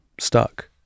stuck